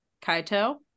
kaito